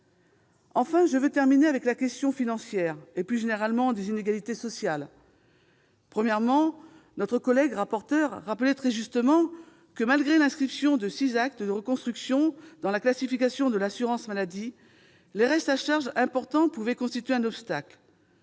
Enfin, je veux terminer avec la question financière et, plus généralement, celle des inégalités sociales. Premièrement, notre collègue rapporteure rappelait très justement que, « malgré l'inscription de six actes de reconstruction dans la classification de l'assurance maladie, les restes à charge importants pouvaient constituer un obstacle